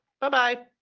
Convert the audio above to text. Bye-bye